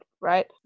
right